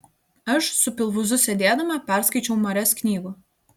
aš su pilvūzu sėdėdama perskaičiau marias knygų